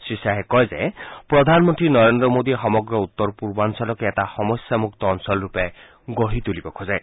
শ্ৰীশ্বাহে কয় যে প্ৰধান মন্ত্ৰী নৰেন্দ্ৰ মোডীয়ে সমগ্ৰ উত্তৰ পূৰ্বাঞ্চলকে এটা সমস্যামুক্ত অঞ্চলৰূপে গঢ়ি তুলিব খোজে